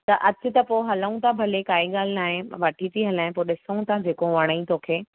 त अचु त पोइ हलूं था भले काई ॻाल्हि नाहे वठी हलो पोइ ॾिसूं था जेको वणई तोखे